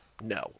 No